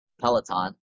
Peloton